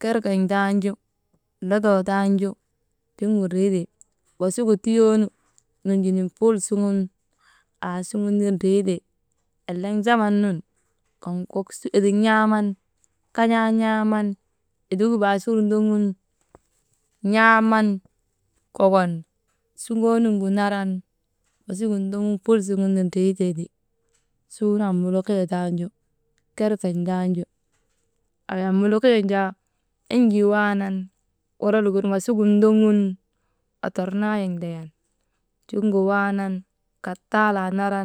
kerken̰ taanju, lodoo tanjuu tiŋgu ndriite wasigu tiyoonu nunjinin ful suŋun aasuŋun ti ndriite. Eleŋ zaman nun kaŋgu kok edik n̰aaman kan̰aa n̰aaman edigu baasur ndoŋun, n̰aaman kokon suŋoo nuŋgu naran wasigin ndoŋun ful suŋun ti ndritee ti, suunu amuliihiyee taanju kerken̰ taanju ay amulihiiyen jaa enjii waanan kolol gin wasigin ndoŋun otornaayek ndayan tiŋgun waanan kattaalaa nara